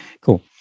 cool